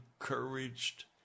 encouraged